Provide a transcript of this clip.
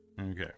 Okay